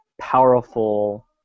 powerful